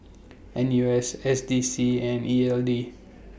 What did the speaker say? N U S S D C and E L D